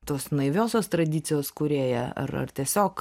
tos naiviosios tradicijos kūrėją ar ar tiesiog